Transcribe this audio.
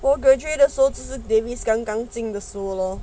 我 graduated 的时候只是 davis 刚刚进的书 lor